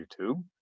YouTube